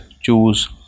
choose